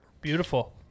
beautiful